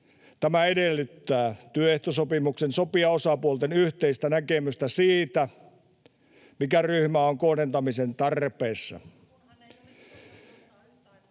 Tämä edellyttää työehtosopimuksen sopijaosapuolten yhteistä näkemystä siitä, mikä ryhmä on kohdentamisen tarpeessa.